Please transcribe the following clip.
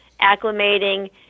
acclimating